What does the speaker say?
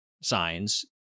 signs